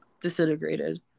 disintegrated